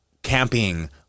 camping